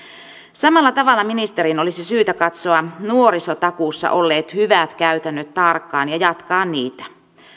samalla tavalla ministerin olisi syytä katsoa nuorisotakuussa olleet hyvät käytännöt tarkkaan ja jatkaa niitä